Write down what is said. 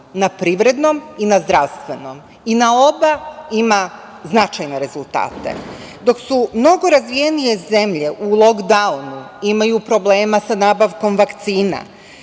na privrednom i na zdravstvenom, i na oba ima značajne rezultate. Dok su mnogo razvijenije zemlje u lokdaunu, imaju probleme sa nabavkom vakcina,